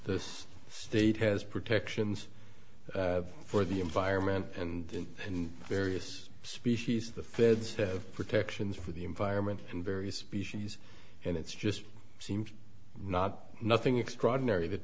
the state has protections for the environment and in various species the feds have protections for the environment and various species and it's just seemed nothing extraordinary that